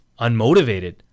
unmotivated